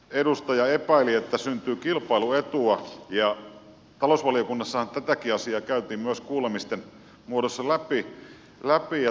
edustaja epäili että syntyy kilpailuetua ja talousvaliokunnassahan tätäkin asiaa käytiin myös kuulemisten muodossa läpi